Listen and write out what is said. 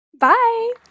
Bye